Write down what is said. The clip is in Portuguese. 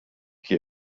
que